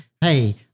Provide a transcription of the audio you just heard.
hey